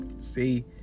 see